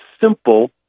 simple